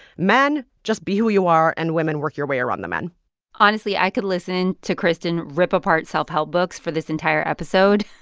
men, just be who you are, and, women, work your way around the men honestly, i could listen to kristen rip apart self-help books for this entire episode.